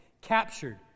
captured